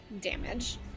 Damage